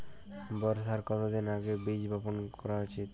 বর্ষার কতদিন আগে বীজ বপন করা উচিৎ?